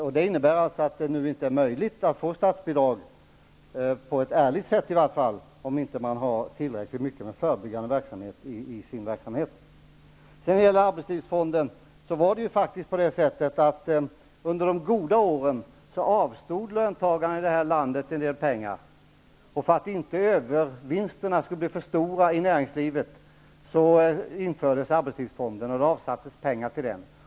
Det innebär att det nu inte är möjligt att få statsbidrag -- på ett ärligt sätt i varje fall -- om man inte bedriver tillräckligt mycket förebyggande verksamhet. När det gäller arbetslivsfonden var det faktiskt på det sättet att under de goda åren avstod löntagarna här i landet en del pengar, och för att inte övervinsterna skulle bli för stora i näringslivet skapades arbetslivsfonden, och det avsattes pengar till den.